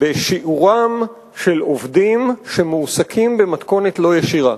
בשיעורם של עובדים שמועסקים במתכונת לא ישירה,